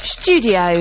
studio